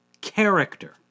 character